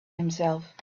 himself